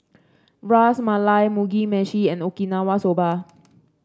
Ras Malai Mugi Meshi and Okinawa Soba